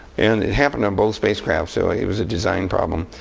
and it happened on both spacecraft, so it was a design problem.